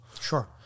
Sure